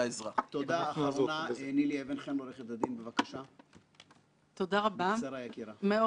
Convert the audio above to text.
היתה מאוד אמיתית ולא ברחה מן השאלות המרכזיות שעמדו בפניה.